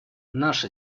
наша